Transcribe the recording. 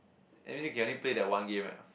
that means you can only play that one game eh